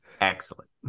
Excellent